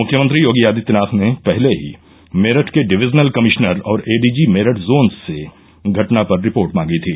मुख्यमंत्री योगी आदित्यनाथ ने पहले ही मेरठ के डिवीजनल कमिश्नर और एडीजी मेरठ जोन से घटना पर रिपोर्ट मांगी थी